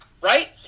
right